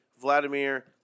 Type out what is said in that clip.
Vladimir